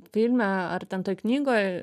filme ar ten toj knygoj